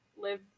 live